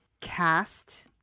cast